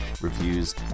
reviews